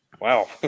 Wow